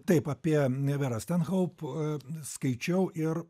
taip apie verą stenhoup skaičiau ir